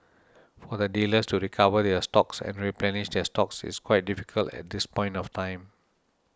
for the dealers to recover their stocks and replenish their stocks is quite difficult at this point of time